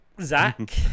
Zach